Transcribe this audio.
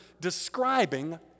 describing